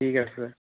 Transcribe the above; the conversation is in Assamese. ঠিক আছে